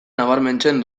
nabarmentzen